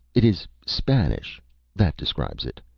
it is spanish that describes it.